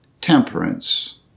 temperance